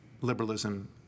liberalism